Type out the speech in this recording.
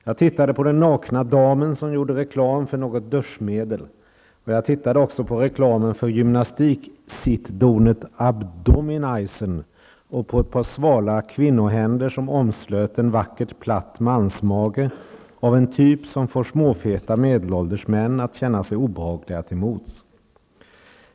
Jag tittade på den nakna damen som gjorde reklam för något duschmedel, och jag tittade också på reklamen för gymnastiksittdonet Abdominizern och på ett par svala kvinnohänder som omslöt en vacker platt mansmage av en typ som får småfeta medelålders män att känna sig obehagliga till mods.